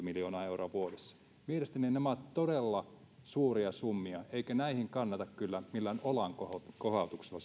miljoonaa euroa vuodessa mielestäni nämä ovat todella suuria summia eikä näihin kannata kyllä millään olankohautuksella